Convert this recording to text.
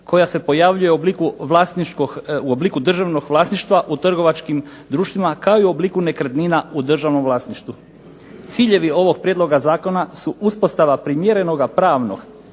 koja se pojavljuje u obliku državnog vlasništva u trgovačkim društvima, kao i u obliku nekretnina u državnom vlasništvu. Ciljevi ovog prijedloga zakona su uspostava primjerenog pravnog